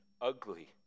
ugly